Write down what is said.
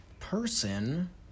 person